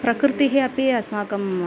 प्रकृतिः अपि अस्माकम्